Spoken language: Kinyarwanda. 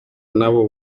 nabo